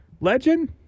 legend